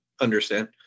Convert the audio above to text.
understand